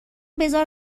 بزار